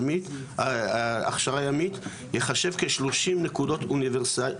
להכשרה ימית ייחשב כשלושים נקודות אוניברסיטאיות,